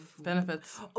benefits